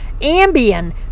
Ambien